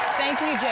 thank you,